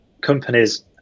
companies